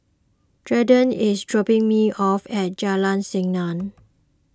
is dropping me off at Jalan Senang